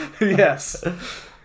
Yes